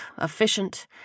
efficient